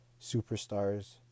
superstars